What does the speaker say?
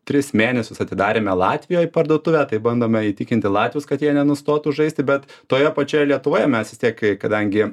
tris mėnesius atidarėme latvijoj parduotuvę taip bandome įtikinti latvius kad jie nenustotų žaisti bet toje pačioje lietuvoje mes vis tiek kadangi